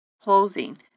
clothing